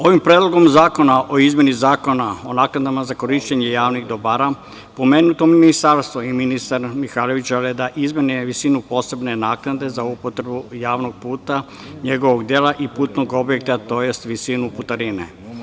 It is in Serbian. Ovim predlogom zakona o izmeni Zakona o naknadama za korišćenje javnih dobara, pomenuto ministarstvo i ministar Mihajlović žele da izmene visinu posebne naknade za upotrebu javnog puta, njegovog dela i putnog objekta, tj. visinu putarine.